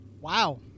Wow